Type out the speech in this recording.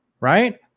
right